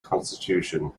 constitution